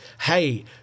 hey